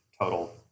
total